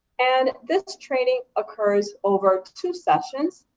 and this training occurs over two sessions,